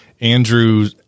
Andrew